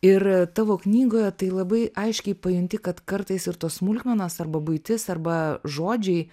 ir tavo knygoje tai labai aiškiai pajunti kad kartais ir tos smulkmenos arba buitis arba žodžiai